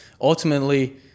ultimately